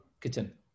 kitchen